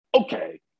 okay